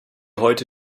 heute